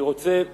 אני רוצה להודות,